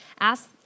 Ask